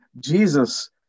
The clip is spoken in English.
Jesus